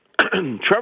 Trevor